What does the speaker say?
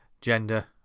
gender